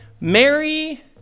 Mary